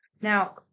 Now